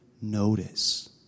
notice